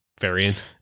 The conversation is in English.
variant